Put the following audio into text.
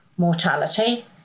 Mortality